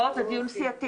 לא, זה דיון סיעתי.